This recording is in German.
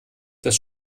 das